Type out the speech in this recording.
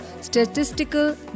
Statistical